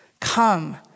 Come